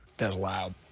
that's loud.